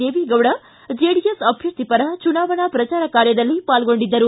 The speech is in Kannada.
ದೇವೇಗೌಡ ಜೆಡಿಎಸ್ ಅಭ್ಯರ್ಥಿ ಪರ ಚುನಾವಣಾ ಪ್ರಚಾರ ಕಾರ್ಯದಲ್ಲಿ ಪಾಲ್ಗೊಂಡಿದ್ದರು